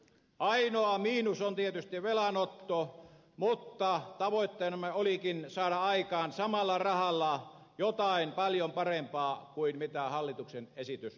ainoa miinus on tietysti velanotto mutta tavoitteenamme olikin saada aikaan samalla rahalla jotain paljon parempaa kuin mitä hallituksen esitys on